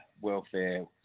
welfare